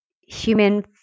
human